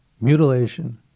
mutilation